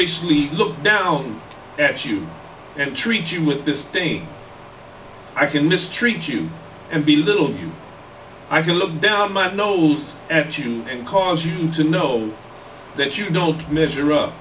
snobbishly look down at you and treat you with this thing i can mistreat you and be little i can look down my nose at you and cause you to know that you don't measure up